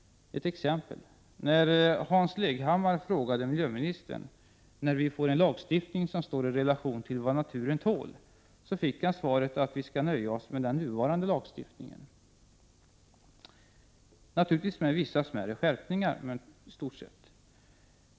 Ett exempel: När Hans Leghammar frågade miljöministern när vi får en lagstiftning som står i relation till vad naturen tål, fick han svaret att vi skall nöja oss med den nuvarande lagstiftningen. Naturligtvis skulle vissa smärre skärpningar införas, men i stort sett var det fråga om samma lagstiftning.